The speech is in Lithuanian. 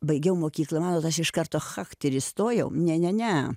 baigiau mokyklą matot aš iš karto chacht ir įstojau ne ne ne